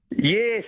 Yes